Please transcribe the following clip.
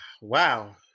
wow